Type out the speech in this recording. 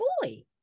boy